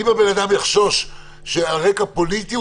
אם הבן-אדם יחשוש שזה על רקע פוליטי,